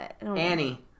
Annie